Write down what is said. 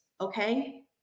okay